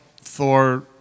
Thor